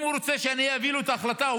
אם הוא רוצה שאני אעביר לו את ההחלטה,